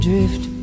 Drift